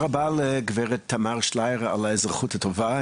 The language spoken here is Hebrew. תודה רבה לגברת תמר שלייר על האזרחות הטובה.